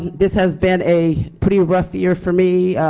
this has been a pretty rough year for me,